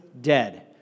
dead